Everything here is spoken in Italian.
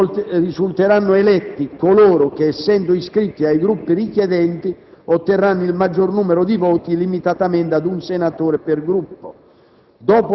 Risulteranno eletti coloro che, essendo iscritti ai Gruppi richiedenti, otterranno il maggior numero di voti, limitatamente ad un senatore per Gruppo.